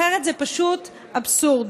אחרת, זה פשוט אבסורד.